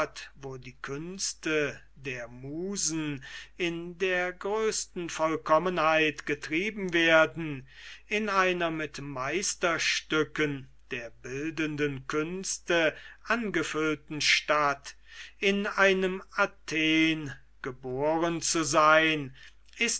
wo die künste der musen in der größten vollkommenheit getrieben werden in einer schön gebauten und mit meisterstücken der bildenden künste angefüllten stadt in einem athen geboren zu sein